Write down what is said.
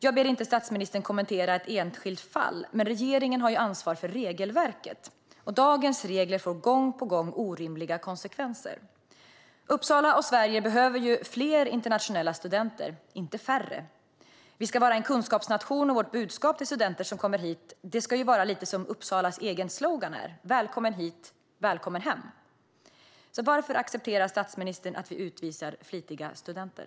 Jag ber inte statsministern att kommentera ett enskilt fall, men regeringen har ju ansvar för regelverket. Dagens regler får gång på gång orimliga konsekvenser. Uppsala och Sverige behöver ju fler internationella studenter, inte färre. Vi ska vara en kunskapsnation, och vårt budskap till studenter som kommer hit ska vara lite som Uppsalas egen slogan: Välkommen hit, välkommen hem! Varför accepterar statsministern att vi utvisar flitiga studenter?